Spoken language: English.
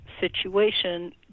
situation